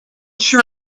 sure